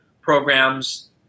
programs